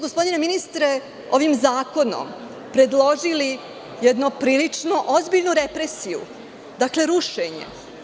Gospodine ministre, vi ste ovim zakonom predložili jednu prilično ozbiljnu represiju, rušenje.